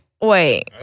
Wait